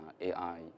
AI